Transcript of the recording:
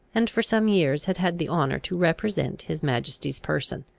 and for some years had had the honour to represent his majesty's person.